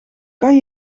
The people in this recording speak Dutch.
kan